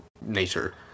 nature